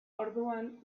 orduan